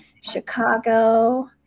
Chicago